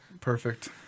Perfect